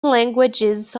languages